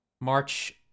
March